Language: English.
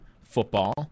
football